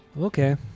Okay